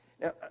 Now